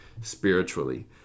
spiritually